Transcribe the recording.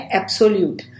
absolute